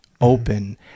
open